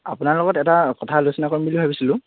আপোনাৰ লগত এটা কথা আলোচনা কৰিম বুলি ভাবিছিলোঁ